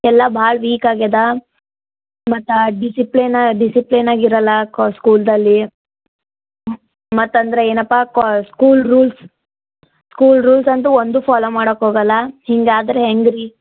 ಎಲ್ಲ ಭಾಳ ವೀಕ್ ಆಗ್ಯದ ಮತ್ತು ಡಿಸಿಪ್ಲೇನ ಡಿಸಿಪ್ಲೇನಾಗ್ ಇರಲ್ಲ ಕೋ ಸ್ಕೂಲ್ದಲ್ಲಿ ಮತ್ತು ಅಂದರೆ ಏನಪ್ಪಾ ಕ್ವ ಸ್ಕೂಲ್ ರೂಲ್ಸ್ ಸ್ಕೂಲ್ ರೂಲ್ಸ್ ಅಂತು ಒಂದು ಫಾಲೋ ಮಾಡಕ್ಕೆ ಹೋಗಲ್ಲ ಹಿಂಗೆ ಆದರೆ ಹೆಂಗೆ ರೀ